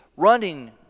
Running